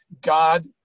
god